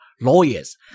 lawyers